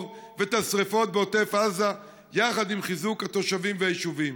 ואת השרפות בעוטף עזה יחד עם חיזוק התושבים והיישובים.